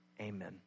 Amen